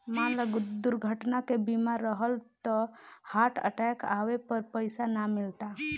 मान ल दुर्घटना के बीमा रहल त हार्ट अटैक आवे पर पइसा ना मिलता